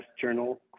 journal